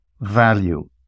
value